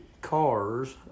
cars